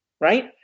right